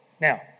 Now